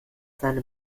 seine